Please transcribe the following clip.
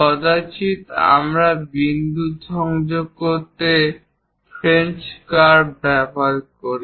কদাচিৎ আমরা বিন্দু সংযোগ করতে ফ্রেঞ্চ কার্ভ ব্যবহার করি